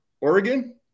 Oregon